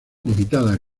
limitaba